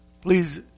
Please